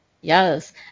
Yes